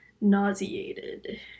nauseated